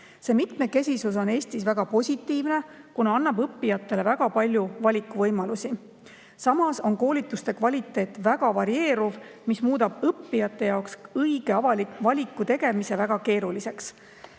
See mitmekesisus on väga positiivne, kuna annab õppijatele väga palju valikuvõimalusi. Samas on koolituste kvaliteet väga varieeruv, mis muudab õppijatele õige valiku tegemise väga keeruliseks.